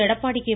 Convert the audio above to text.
Edappadi K